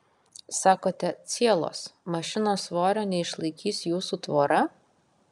sakote cielos mašinos svorio neišlaikys jūsų tvora